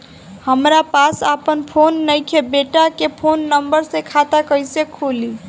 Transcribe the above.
हमरा पास आपन फोन नईखे बेटा के फोन नंबर से खाता कइसे खुली?